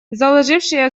заложивший